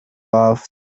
off